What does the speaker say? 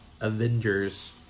Avengers